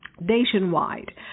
nationwide